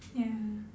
ya